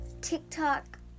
tiktok